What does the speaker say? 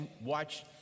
watch